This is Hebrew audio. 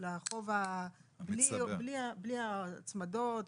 של החוב בלי ההצמדות,